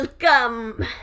Welcome